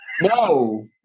No